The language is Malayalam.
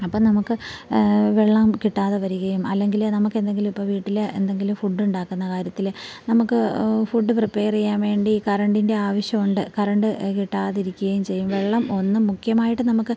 അപ്പം നമ്മൾക്ക് വെള്ളം കിട്ടാതെ വരികയും അല്ലെങ്കിൽ നമ്മൾക്ക് എന്തെങ്കിലും ഇപ്പം വീട്ടിൽ എന്തെങ്കിലും ഫുഡ് ഉണ്ടാക്കുന്ന കാര്യത്തിൽ നമ്മൾക്ക് ഫുഡ് പ്രിപ്പയർ ചെയ്യാൻ വേണ്ടി കറണ്ടിൻ്റെ ആവശ്യമുണ്ട് കറണ്ട് കിട്ടാതിരിക്കുകയും ചെയ്യും വെള്ളം ഒന്ന് മുഖ്യമായിട്ട് നമ്മൾക്ക്